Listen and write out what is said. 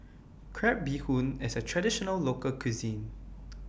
Crab Bee Hoon IS A Traditional Local Cuisine